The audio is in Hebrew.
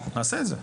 נעשה את זה.